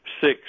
six